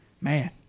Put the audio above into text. man